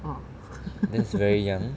that's very young